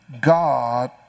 God